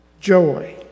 Joy